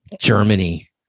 Germany